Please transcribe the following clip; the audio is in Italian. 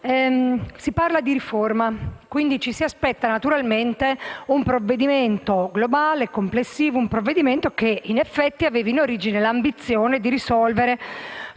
si parla di riforma e quindi ci si aspetta naturalmente un provvedimento globale, complessivo: un provvedimento che, in effetti, aveva in origine l'ambizione di risolvere